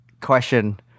question